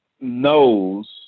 knows